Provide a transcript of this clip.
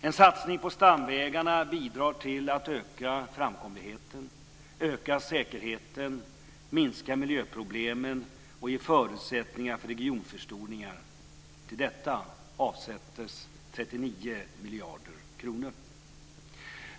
En satsning på stamvägarna bidrar till att öka framkomligheten, öka säkerheten, minska miljöproblemen och ge förutsättningar för regionförstoringar. Till detta avsätts 39 miljarder kronor.